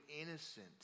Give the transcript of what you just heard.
innocent